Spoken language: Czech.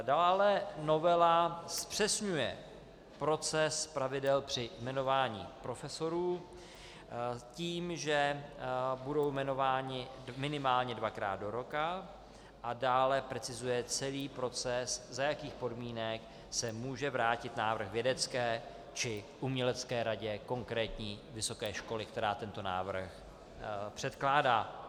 Dále novela zpřesňuje proces pravidel při jmenování profesorů tím, že budou jmenováni minimálně dvakrát do roka, a dále precizuje celý proces, za jakých podmínek se může vrátit návrh vědecké či umělecké radě konkrétní vysoké školy, která tento návrh předkládá.